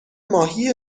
ماهی